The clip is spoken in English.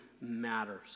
matters